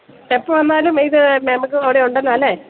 എപ്പം വന്നാലും ഇത് നമുക്ക് അവിടെ ഉണ്ടല്ലോ അല്ലേ